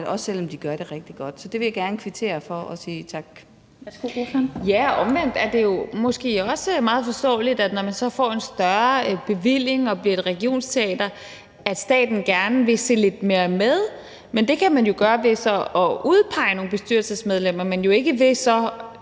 Værsgo, ordføreren. Kl. 14:01 Zenia Stampe (RV): Ja, men omvendt er det måske også meget forståeligt, at når man får en større bevilling og bliver et regionsteater, så vil staten gerne se lidt mere med. Men det kan man jo så gøre ved at udpege nogle bestyrelsesmedlemmer, men jo ikke ved at